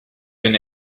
been